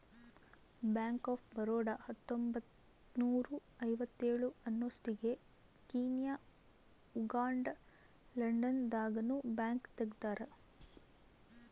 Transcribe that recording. bank of Baroda ಹತ್ತೊಂಬತ್ತ್ನೂರ ಐವತ್ತೇಳ ಅನ್ನೊಸ್ಟಿಗೆ ಕೀನ್ಯಾ ಉಗಾಂಡ ಲಂಡನ್ ದಾಗ ನು ಬ್ಯಾಂಕ್ ತೆಗ್ದಾರ